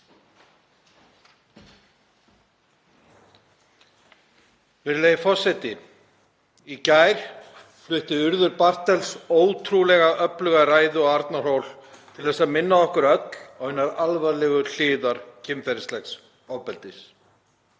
Virðulegi forseti. Í gær flutti Urður Bartels ótrúlega öfluga ræðu á Arnarhól til að minna okkur öll á hinar alvarlegu hliðar kynferðislegs ofbeldis.